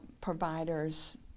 providers